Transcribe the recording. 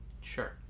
Sure